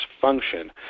function